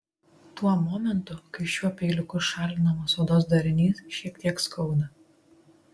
tuo momentu kai šiuo peiliuku šalinamas odos darinys šiek tiek skauda